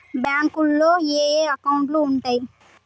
బ్యాంకులో ఏయే అకౌంట్లు ఉంటయ్?